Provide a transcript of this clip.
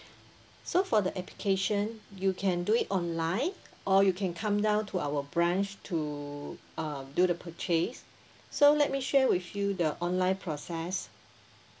so for the application you can do it online or you can come down to our branch to uh do the purchase so let me share with you the online process